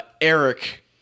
Eric